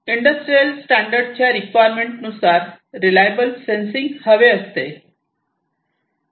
industrial standard च्या requirement नुसार reliable sensing हवे असते